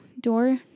door